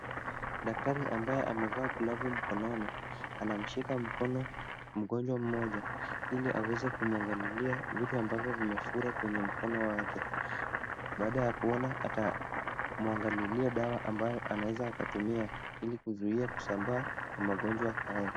Daktari ambaye amevaa glovu mkononi, anamshika mkono mgonjwa mmoja, ili aweze kumwangalilia vitu ambavyo vimefura kwenye mkono wake. Baada ya kuona atamwangalilia dawa ambayo anaweza akatumia ili kuzuia kusambaa kwa magonjwa hayo.